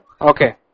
okay